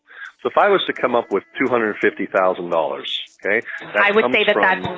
if i was to come up with two hundred and fifty thousand dollars. but i would say that that's